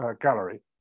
gallery